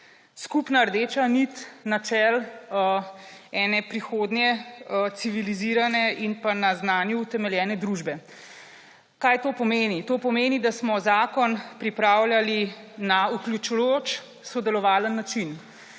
skupna rdeča nit načel prihodnje civilizirane in na znanju utemeljene družbe. Kaj to pomeni? To pomeni, da smo zakon pripravljali na vključujoč, sodelovalen način